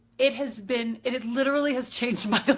it has been, it literally has changed my but